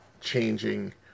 changing